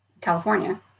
California